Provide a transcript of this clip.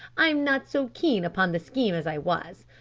i'm not so keen upon the scheme as i was.